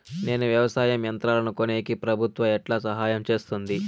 నేను వ్యవసాయం యంత్రాలను కొనేకి ప్రభుత్వ ఎట్లా సహాయం చేస్తుంది?